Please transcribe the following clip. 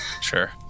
Sure